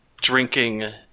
drinking